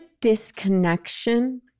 disconnection